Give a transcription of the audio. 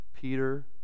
Peter